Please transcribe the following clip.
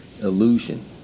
illusion